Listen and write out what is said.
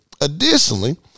Additionally